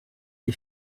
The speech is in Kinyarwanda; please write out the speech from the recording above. iyi